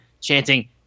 chanting